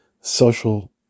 social